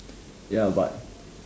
ya but